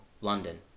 London